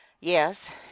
Yes